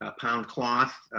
ah pound cloth,